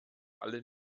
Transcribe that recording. allen